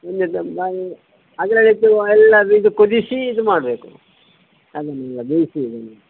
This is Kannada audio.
ಅದರಲ್ಲಿಟ್ಟು ಎಲ್ಲ ಇದು ಕುದಿಸಿ ಇದು ಮಾಡಬೇಕು ಅದನ್ನೆಲ್ಲ ಬೇಯಿಸಿ